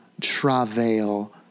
travail